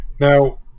Now